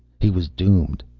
he was doomed!